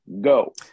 go